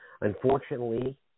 unfortunately